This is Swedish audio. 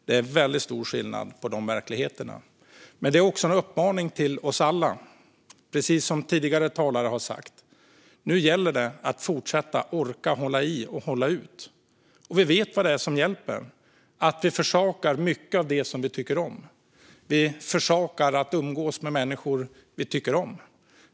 Det är väldigt stor skillnad på de verkligheterna. Det är också en uppmaning till oss alla. Jag säger som tidigare talare har sagt: Nu gäller det att fortsätta orka hålla i och hålla ut. Vi vet vad det är som hjälper, nämligen att vi försakar mycket av det som vi tycker om. Vi försakar att umgås med människor som vi tycker om.